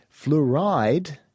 Fluoride